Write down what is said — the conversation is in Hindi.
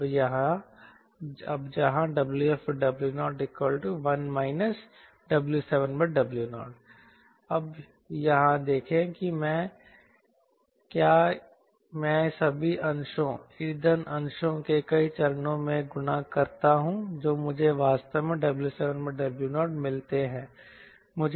अब जहां WfW01 W7W0 अब यहां देखें कि क्या मैं सभी अंशों ईंधन अंशों को कई चरणों में गुणा करता हूं जो मुझे वास्तव में W7W0 मिलते हैं